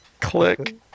click